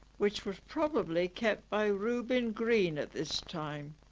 which was probably kept by reuben green at this time